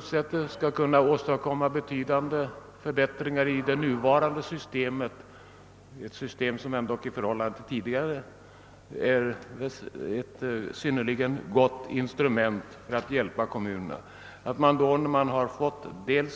staten respektive kommunerna skall svara för har vi erhållit kompletterande underlag för åtgärder på kommunalskatteutjämningens område.